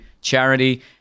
charity